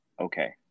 okay